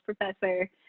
professor